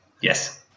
Yes